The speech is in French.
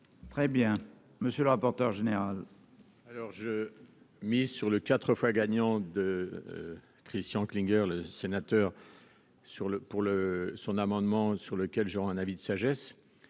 Très bien, monsieur le rapporteur général. Alors je mise sur le 4 fois gagnant de Christian Klinger, le sénateur sur le pour le son amendement sur lequel je un avis de sagesse,